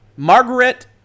Margaret